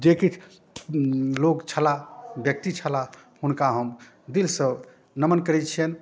जे किछु लोक छलाह व्यक्ति छलाह हुनका हम दिलसँ नमन करै छिअनि